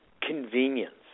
convenience